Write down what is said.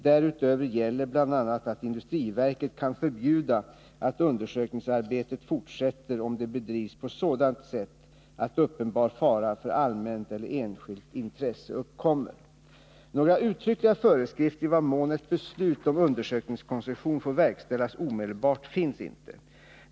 Därutöver gäller bl.a. att industriverket kan förbjuda att undersökningsarbetet fortsätter om det bedrivs på sådant sätt att uppenbar fara för allmänt eller enskilt intresse uppkommer. Några uttryckliga föreskrifter i vad mån ett beslut om undersökningskoncession får verkställas omedelbart finns inte.